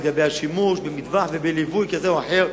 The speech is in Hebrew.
לגבי השימוש במטווח ובליווי כזה או אחר.